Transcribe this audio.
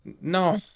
No